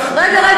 רגע,